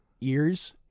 ears